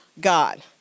God